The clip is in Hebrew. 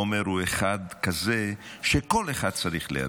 עומר הוא אחד כזה שכל אחד צריך לידו.